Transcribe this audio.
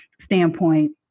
standpoint